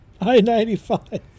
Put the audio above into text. I-95